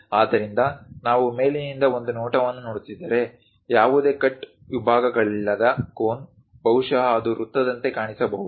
ಆದ್ದರಿಂದ ನಾವು ಮೇಲಿನಿಂದ ಒಂದು ನೋಟವನ್ನು ನೋಡುತ್ತಿದ್ದರೆ ಯಾವುದೇ ಕಟ್ ವಿಭಾಗಗಳಿಲ್ಲದ ಕೋನ್ ಬಹುಶಃ ಅದು ವೃತ್ತದಂತೆ ಕಾಣಿಸಬಹುದು